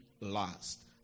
last